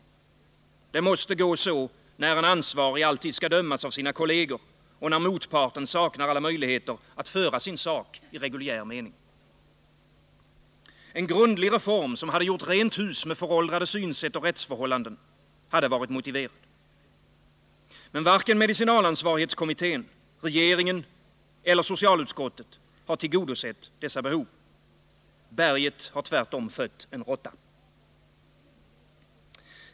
Det måste gå så när en ansvarig alltid skall dömas av sina kolleger och när motparten saknar alla möjligheter att föra sin sak i reguljär mening. En grundlig reform, som gjort rent hus med föråldrade synsätt och rättsförhållanden, hade varit motiverad. Varken medicinalansvarskommittén, regeringen eller socialutskottet har tillgodosett dessa behov. Berget har tvärtom fött en råtta.